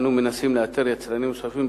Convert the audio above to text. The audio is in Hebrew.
אנו מנסים לאתר יצרנים נוספים,